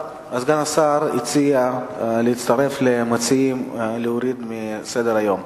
סגן השר הציע להצטרף למציעים להוריד מסדר-היום.